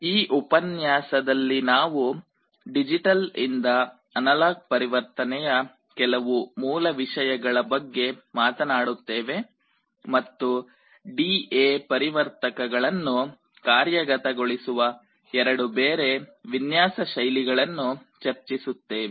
ಈ ಉಪನ್ಯಾಸದಲ್ಲಿ ನಾವು ಡಿಜಿಟಲ್ ಇಂದ ಅನಲಾಗ್ ಪರಿವರ್ತನೆಯ ಕೆಲವು ಮೂಲ ವಿಷಯಗಳ ಬಗ್ಗೆ ಮಾತನಾಡುತ್ತೇವೆ ಮತ್ತು ಡಿಎ ಪರಿವರ್ತಕಗಳನ್ನುDA converter ಕಾರ್ಯಗತಗೊಳಿಸುವ ಎರಡು ಬೇರೆ ವಿನ್ಯಾಸ ಶೈಲಿಗಳನ್ನು ಚರ್ಚಿಸುತ್ತೇವೆ